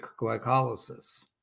glycolysis